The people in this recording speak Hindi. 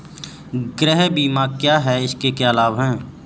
गृह बीमा क्या है इसके क्या लाभ हैं?